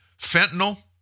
Fentanyl